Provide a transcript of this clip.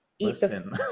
listen